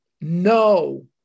no